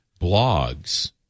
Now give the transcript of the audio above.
blogs